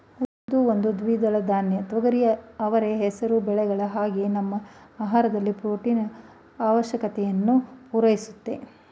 ಉದ್ದು ಒಂದು ದ್ವಿದಳ ಧಾನ್ಯ ತೊಗರಿ ಅವರೆ ಹೆಸರು ಬೇಳೆಗಳ ಹಾಗೆ ನಮ್ಮ ಆಹಾರದಲ್ಲಿ ಪ್ರೊಟೀನು ಆವಶ್ಯಕತೆಯನ್ನು ಪೂರೈಸುತ್ತೆ